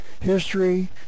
history